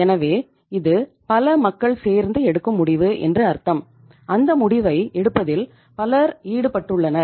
எனவே இது பல மக்கள் சேர்ந்து எடுக்கும் முடிவு என்று அர்த்தம் அந்த முடிவை எடுப்பதில் பலர் ஈடுபட்டுள்ளனர்